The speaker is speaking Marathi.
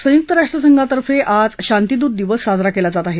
संयुक्त राष्ट्रसंघातर्फे आज शांतीदूत दिवस साजरा केला जातो